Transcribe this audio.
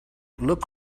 look